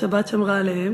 השבת שמרה עליהם.